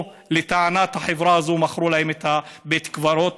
או לטענת החברה הזאת מכרו להם את בית הקברות,